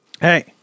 Hey